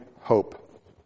hope